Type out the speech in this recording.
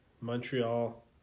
Montreal